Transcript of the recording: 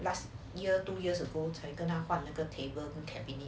last year two years ago 才跟他换了个 table and cabinet